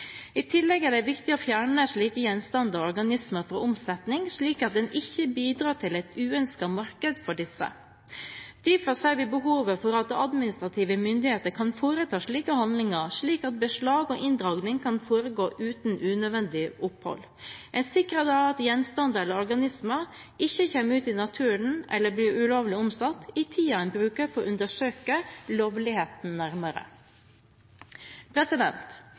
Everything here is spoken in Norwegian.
I tillegg er det viktig å fjerne slike gjenstander og organismer fra omsetning, slik at en ikke bidrar til et uønsket marked for disse. Derfor ser vi behovet for at administrative myndigheter kan foreta slike handlinger, slik at beslag og inndragning kan foregå uten unødig opphold. En sikrer da at gjenstander eller organismer ikke kommer ut i naturen eller blir ulovlig omsatt i tiden en bruker for å undersøke lovligheten